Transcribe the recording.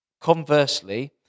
conversely